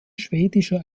schwedischer